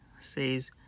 says